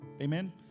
Amen